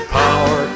power